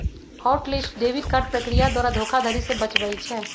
hot list debit card प्रक्रिया द्वारा धोखाधड़ी से बचबइ छै